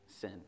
sin